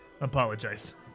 apologize